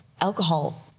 alcohol